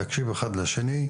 להקשיב אחד לשני,